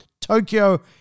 tokyo